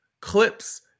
clips